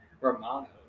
Romano